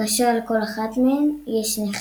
כאשר על כל אחת מהן יש נחיר.